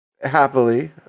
happily